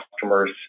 customers